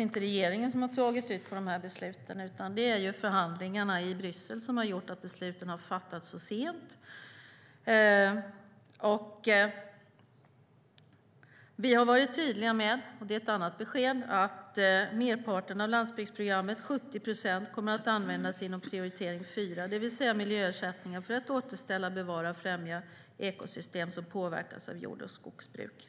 inte regeringen som har dragit ut på besluten, utan det är förhandlingarna i Bryssel som gjort att besluten har fattats sent. Vi har varit tydliga med - och det är ett annat besked - att merparten av landsbygdsprogrammet, 70 procent, kommer att användas inom prioritering 4, det vill säga miljöersättningar, för att återställa, bevara och främja ekosystem som påverkas av jord och skogsbruk.